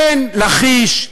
אין לכיש,